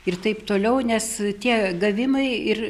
ir taip toliau nes tie gavimai ir